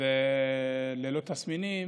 והוא ללא תסמינים,